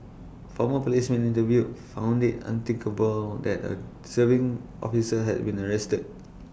former policemen interviewed found IT unthinkable that A serving officer had been arrested